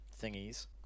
thingies